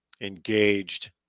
engaged